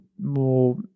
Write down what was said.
more